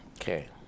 Okay